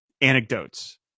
anecdotes